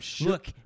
look